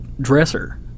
dresser